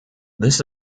this